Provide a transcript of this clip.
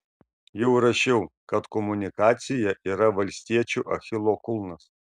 jau rašiau kad komunikacija yra valstiečių achilo kulnas